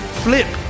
flip